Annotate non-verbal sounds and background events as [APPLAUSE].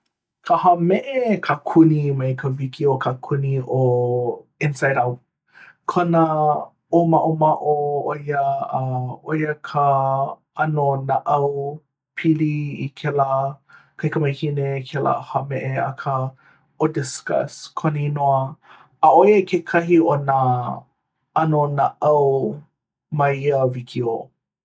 ka hāmeʻe kākuni mai ka wikiō kākuni ʻo [HESITATION] inside out kona [HESITATION] ʻōmaʻomaʻo ʻo ia a ʻo ia ka [HESITATION] ʻano naʻau pili i kēlā kaikamahine kēlā hāmeʻe akā ʻo disgust kona inoa a ʻo ia kekahi o nā ʻano naʻau [NOISE] ma ia wikiō.